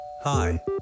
Hi